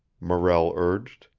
morrell urged.